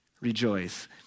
rejoice